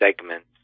segments